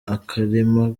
akarima